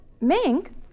Mink